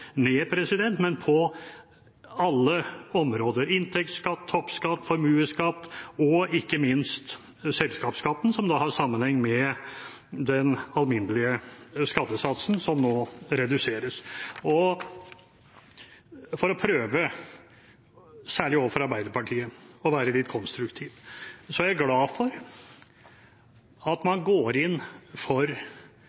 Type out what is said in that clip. ned, men på alle områder ‒ inntektsskatt, toppskatt, formuesskatt og ikke minst selskapsskatten, som har sammenheng med den alminnelige skattesatsen, som nå reduseres. For å prøve å være litt konstruktiv ‒ særlig overfor Arbeiderpartiet ‒ er jeg glad for at